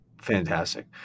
fantastic